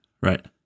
right